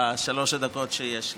בשלוש הדקות שיש לי.